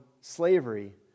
slavery